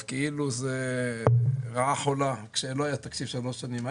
כאילו זה רעה חולה כשלא היה תקציב שלוש שנים.